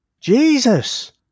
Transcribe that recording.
Jesus